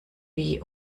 wie